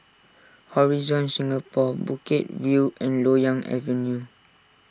Horizon Singapore Bukit View and Loyang Avenue